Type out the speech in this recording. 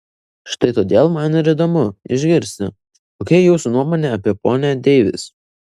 štai todėl man ir įdomu išgirsti kokia jūsų nuomonė apie ponią deivis